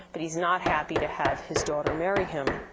but he's not happy to have his daughter marry him.